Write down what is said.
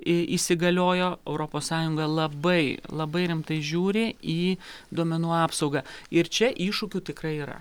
į įsigaliojo europos sąjunga labai labai rimtai žiūri į duomenų apsaugą ir čia iššūkių tikrai yra